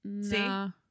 see